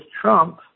Trump